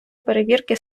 перевірки